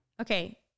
okay